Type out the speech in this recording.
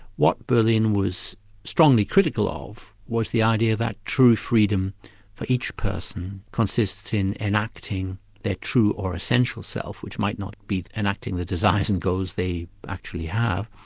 what berlin was strongly critical ah of was the idea that true freedom for each person consists in enacting their true or essential self, which might not be enacting the desires and goals they actually have.